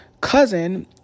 cousin